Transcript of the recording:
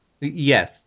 Yes